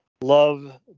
Love